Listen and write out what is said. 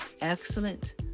excellent